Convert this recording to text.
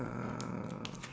uh